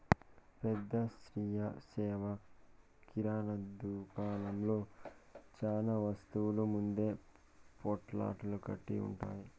పెద్ద స్వీయ సేవ కిరణా దుకాణంలో చానా వస్తువులు ముందే పొట్లాలు కట్టి ఉంటాయి